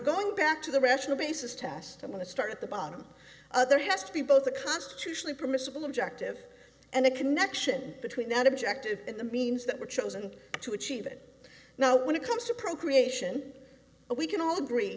going back to the rational basis test i'm going to start at the bottom other has to be both a constitutionally permissible objective and a connection between that objective and the means that were chosen to achieve it now when it comes to procreation but we can all agree